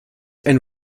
ein